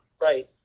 right